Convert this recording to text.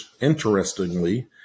interestingly